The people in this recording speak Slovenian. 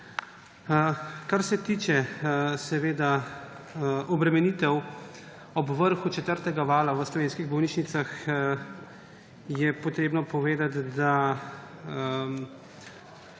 Kar se tiče obremenitev ob vrhu četrtega vala v slovenskih bolnišnicah, je treba povedati, da